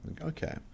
Okay